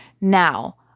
Now